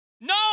No